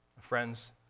Friends